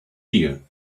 here